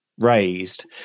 raised